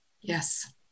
yes